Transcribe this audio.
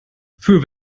für